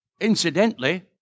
incidentally